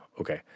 okay